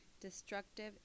destructive